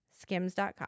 skims.com